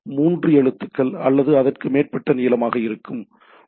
மூன்று எழுத்துக்கள் அல்லது அதற்கு மேற்பட்ட நீளமாக இருக்கலாம்